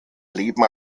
leben